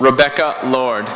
rebecca lord